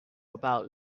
about